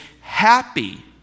happy